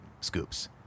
scoops